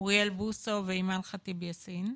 אוריאל בוסו ואימאן ח'טיב יאסין.